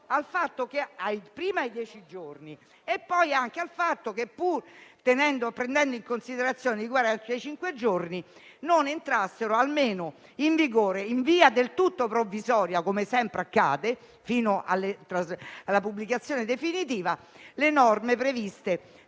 opposto prima ai dieci giorni e poi anche al fatto che, pur prendendo in considerazione i quarantacinque giorni, almeno entrassero in vigore, in via del tutto provvisoria, come sempre accade, fino alla pubblicazione definitiva, le norme e i